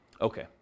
Okay